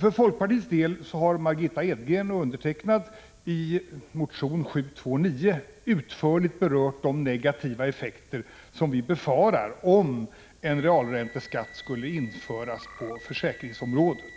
För folkpartiets del har Margitta Edgren och jag själv i motion Fi729 utförligt berört de negativa effekter som vi befarar om en realränteskatt skulle införas på försäkringsområdet.